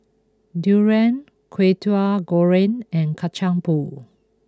Durian Kwetiau Goreng and Kacang Pool